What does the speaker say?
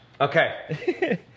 Okay